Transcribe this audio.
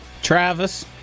Travis